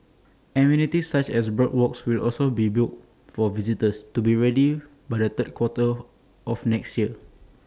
amenities such as boardwalks will also be built for visitors to be ready by the third quarter of next year